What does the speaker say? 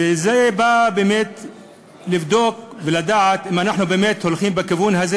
וזה בא לבדוק ולדעת אם אנחנו באמת הולכים בכיוון הזה,